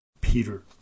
Peter